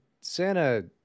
Santa